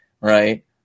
right